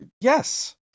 Yes